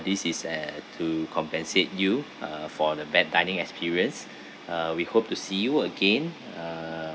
this is a to compensate you uh for the bad dining experience uh we hope to see you again uh